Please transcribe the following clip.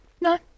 No